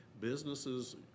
Businesses